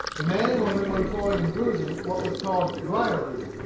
the man and woman were employed in bruising what was called brier root,